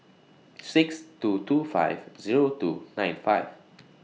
six two two five Zero two nine five